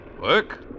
Work